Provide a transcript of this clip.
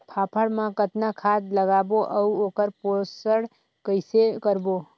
फाफण मा कतना खाद लगाबो अउ ओकर पोषण कइसे करबो?